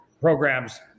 programs